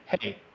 hey